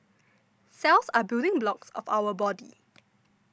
cells are building blocks of our body